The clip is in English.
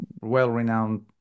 well-renowned